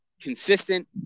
consistent